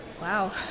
Wow